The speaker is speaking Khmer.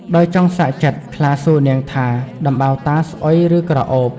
ដោយចង់សាកចិត្ត ខ្លាសួរនាងថាដំបៅតាស្អុយឬក្រអូប?